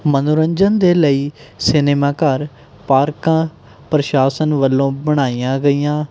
ਮਨੋਰੰਜਨ ਦੇ ਲਈ ਸਿਨੇਮਾ ਘਰ ਪਾਰਕਾਂ ਪ੍ਰਸ਼ਾਸਨ ਵੱਲੋਂ ਬਣਾਈਆਂ ਗਈਆਂ